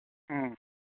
ꯎꯝ